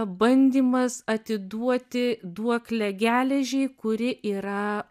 bandymas atiduoti duoklę geležiai kuri yra